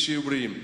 שיהיו בריאים.